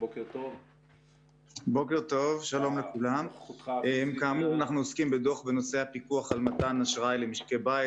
אנחנו דנים בדוח שעוסק בפיקוח על מתן אשראי למשקי בית